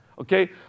Okay